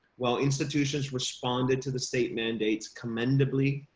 while institutions responded to the state mandates commendably.